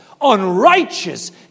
unrighteous